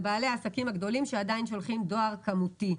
על בעלי העסקים הגדולים שעדיין שולחים דואר כמותי.